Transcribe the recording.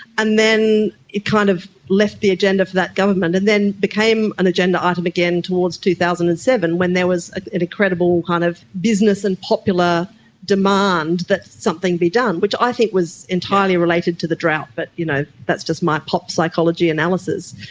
and then it kind of left the agenda for that government, and then became an agenda item again towards two thousand and seven when there was an incredible kind of business and popular demand that something be done, which i think was entirely related to the drought, but you know that's just my pop-psychology analysis.